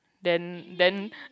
then then